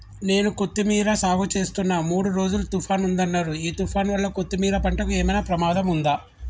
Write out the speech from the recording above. నేను కొత్తిమీర సాగుచేస్తున్న మూడు రోజులు తుఫాన్ ఉందన్నరు ఈ తుఫాన్ వల్ల కొత్తిమీర పంటకు ఏమైనా ప్రమాదం ఉందా?